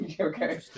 Okay